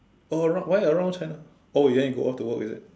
or around why around China~ oh you want to go off to work is it